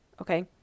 okay